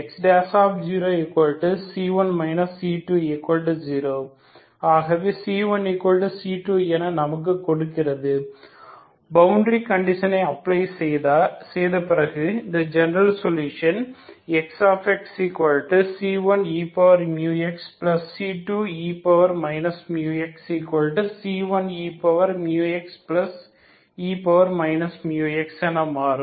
ஆகவே c1c2 என நமக்கு கொடுக்கிறது பவுண்டரி கண்டிஷனை அப்ளை செய்த பிறகு அந்த general solution Xxc1eμxc1e μxc1eμxe μx2c1cosh μx என மாறும்